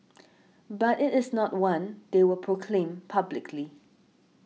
but it is not one they will proclaim publicly